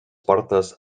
portes